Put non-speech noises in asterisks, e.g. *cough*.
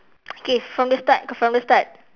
*noise* okay from the start from the start